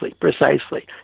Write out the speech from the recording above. precisely